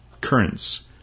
Currents